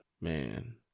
man